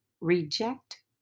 Reject